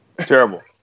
Terrible